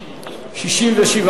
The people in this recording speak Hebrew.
לסעיף 2 לא נתקבלה.